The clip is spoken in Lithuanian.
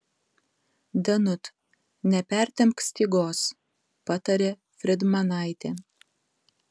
danut nepertempk stygos patarė fridmanaitė